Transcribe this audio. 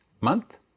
month